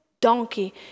donkey